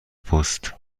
پست